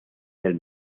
del